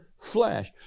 flesh